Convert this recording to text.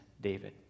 David